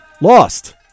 lost